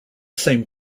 same